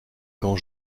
quand